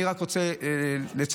אני רק רוצה לציין,